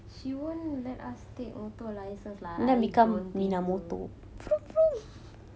she won't let us take motor license lah I don't think also